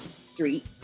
Street